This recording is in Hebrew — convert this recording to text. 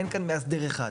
אין כאן מאסדר אחד.